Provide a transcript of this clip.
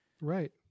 right